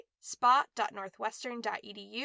spot.northwestern.edu